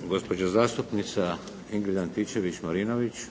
Marinović, Ingrid (SDP)**